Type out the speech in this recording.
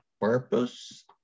purpose